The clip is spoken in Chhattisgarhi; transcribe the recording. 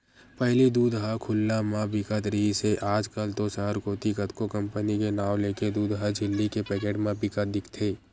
पहिली दूद ह खुल्ला म बिकत रिहिस हे आज कल तो सहर कोती कतको कंपनी के नांव लेके दूद ह झिल्ली के पैकेट म बिकत दिखथे